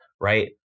right